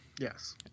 yes